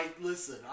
listen